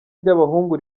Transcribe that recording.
ry’abahungu